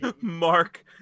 Mark